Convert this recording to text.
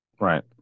Right